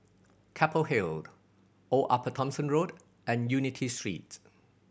Keppel Hill Old Upper Thomson Road and Unity Street